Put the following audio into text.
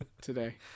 today